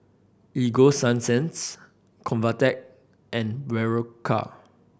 Ego Sunsense Convatec and Berocca